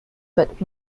but